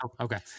Okay